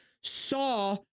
saw